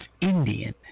Indian